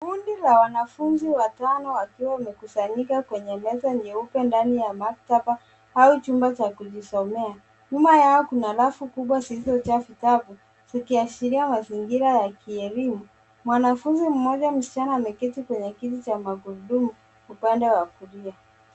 Kundi la wanafunzi watano wakiwa wamekusanyika kwenye meza nyeupe ndani ya maktaba au chumba cha kujisomea, nyuma yao kuna rafu kubwa zilizojaa vitabu zikiashiria mazingira ya kielimu mwanafunzi mmoja msichana ameketi kwenye kiti cha magurudumu upande wa kulia.